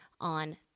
on